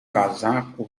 casaco